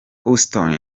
houston